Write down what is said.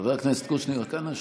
חבר הכנסת קושניר, נא לשבת.